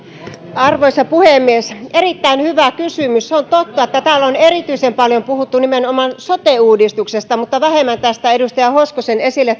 arvoisa puhemies erittäin hyvä kysymys se on totta että täällä on erityisen paljon puhuttu nimenomaan sote uudistuksesta mutta vähemmän edustaja hoskosen esille